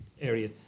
area